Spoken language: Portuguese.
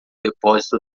depósito